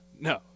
No